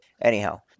anyhow